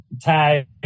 tag